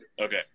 Okay